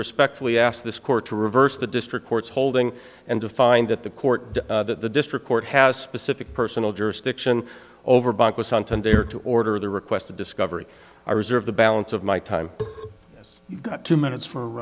respectfully ask this court to reverse the district court's holding and to find that the court that the district court has specific personal jurisdiction over there to order the request of discovery i reserve the balance of my time has got two minutes for